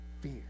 fear